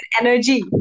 energy